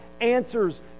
answers